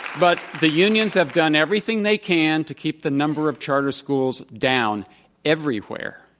but the unions have done everything they can to keep the number of charter schools down everywhere.